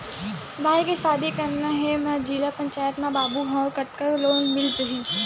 भाई के शादी करना हे मैं जिला पंचायत मा बाबू हाव कतका लोन मिल जाही?